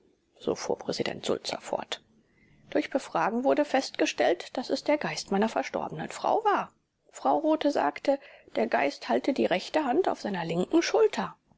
so fuhr präsident sulzer fort durch befragen wurde festgestellt daß es der geist meiner verstorbenen frau war frau rothe sagte der geist halte die rechte hand auf seiner linken schulter